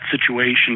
situation